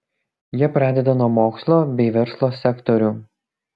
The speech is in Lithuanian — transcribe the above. jie pradeda nuo mokslo bei verslo sektorių